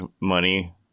money